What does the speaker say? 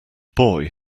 boy